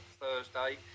Thursday